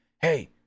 Hey